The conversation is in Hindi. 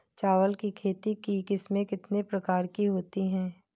चावल की खेती की किस्में कितने प्रकार की होती हैं?